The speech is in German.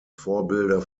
vorbilder